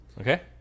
Okay